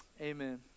amen